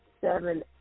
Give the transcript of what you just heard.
seven